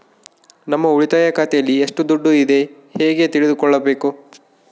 ನಮ್ಮ ಉಳಿತಾಯ ಖಾತೆಯಲ್ಲಿ ಎಷ್ಟು ದುಡ್ಡು ಇದೆ ಹೇಗೆ ತಿಳಿದುಕೊಳ್ಳಬೇಕು?